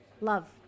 Love